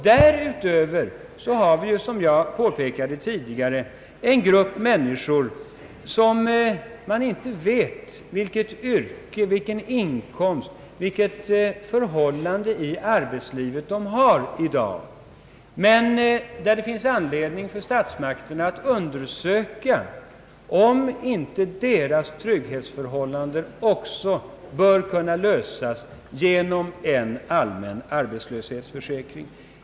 Därutöver finns det, som jag tidigare påpekade, en grupp människor om vilka man inte vet vilket yrke, vilken inkomst och vilken ställning i arbetslivet de i dag har. Där finns anledning för statsmakterna att undersöka om inte även deras trygghetsförhållanden bör kunna lösas genom en allmän arbetslöshetsförsäkring.